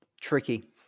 Tricky